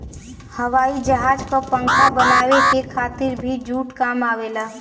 हवाई जहाज क पंखा बनावे के खातिर भी जूट काम आवेला